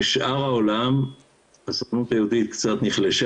בשאר העולם הסוכנות היהודית קצת נחלשה